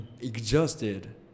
exhausted